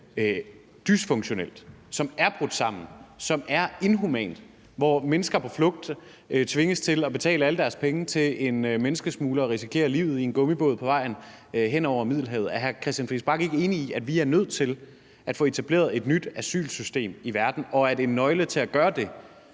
dysfunktionelt, som er brudt sammen, som er inhumant, og hvor mennesker på flugt tvinges til at betale alle deres penge til en menneskesmugler og risikere livet i en gummibåd på vejen hen over Middelhavet. Er hr. Christian Friis Bach ikke enig i, at vi er nødt til at få etableret et nyt asylsystem i verden, og at en nøgle til at gøre det